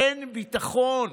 אין ביטחון,